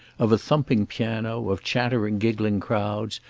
of a thumping piano, of chattering, giggling crowds,